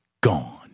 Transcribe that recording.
gone